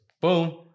Boom